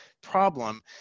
problem